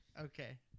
Okay